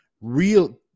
real